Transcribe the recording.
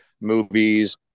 movies